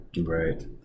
right